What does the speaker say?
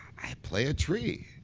i play a tree.